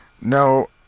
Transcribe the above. No